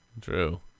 true